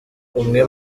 umwe